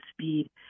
speed